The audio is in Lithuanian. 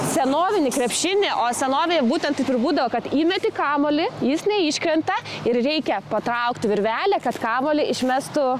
senovinį krepšinį o senovėje būtent taip ir būdavo kad įmeti kamuolį jis neiškrenta ir reikia patraukti virvelę kad kamuolį išmestų